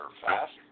fast